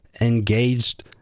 engaged